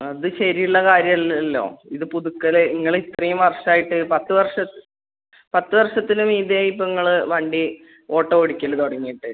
അത് ശരിയുള്ള കാര്യമല്ലല്ലോ ഇത് പുതുക്കൽ നിങ്ങൾ ഇത്രയും വർഷമായിട്ട് പത്ത് വർഷത് പത്ത് വർഷത്തിന് മീതെ ഇപ്പം നിങ്ങൾ വണ്ടി ഓട്ടോ ഓടിക്കല് തുടങ്ങിയിട്ട്